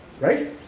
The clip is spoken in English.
Right